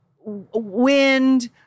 wind